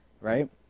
right